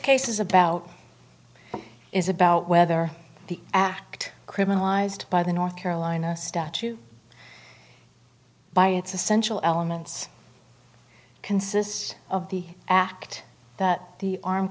case is about is about whether the act criminalized by the north carolina statute by its essential elements consist of the act that the arm